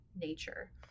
nature